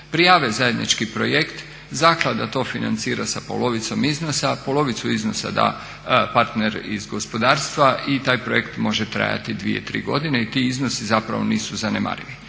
prijave zajednički projekt, Zaklada to financira sa polovicom iznosa a polovicu iznosa da partner iz gospodarstva i taj projekt može trajati 2, 3 godine i ti iznosi zapravo nisu zanemarivi.